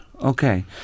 Okay